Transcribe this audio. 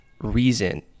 reason